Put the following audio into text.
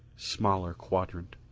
smaller quadrant.